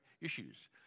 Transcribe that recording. issues